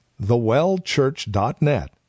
thewellchurch.net